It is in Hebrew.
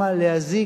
אני מצטער,